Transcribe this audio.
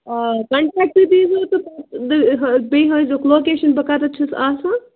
آ کَنٹیکٹہٕ دیٖزیٚو تہٕ بیٚیہِ بیٚیہِ ہٲوزیٚوکھ لوکیشَن بہٕ کَتٮ۪تھ چھَس آسان